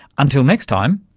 until next time,